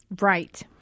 Right